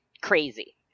crazy